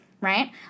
right